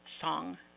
song